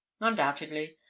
undoubtedly